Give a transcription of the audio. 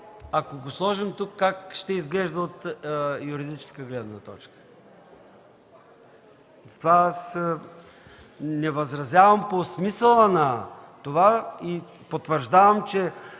Ако го сложим тук, как ще изглежда от юридическа гледна точка? Не възразявам по смисъла и потвърждавам, че